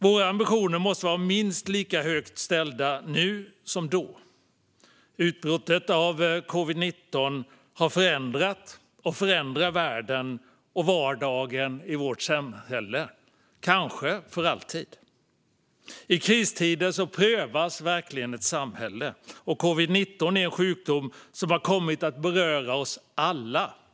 Våra ambitioner måste vara minst lika högt ställda nu som då. Utbrottet av covid-19 har förändrat och förändrar världen och vardagen i vårt samhälle, kanske för alltid. I kristider prövas verkligen ett samhälle, och covid-19 är en sjukdom som har kommit att beröra oss alla.